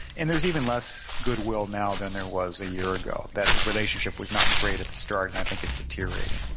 and there is even less goodwill now than there was a year ago. that relationship was not great at the start and i think it's deteriorated.